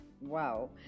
Wow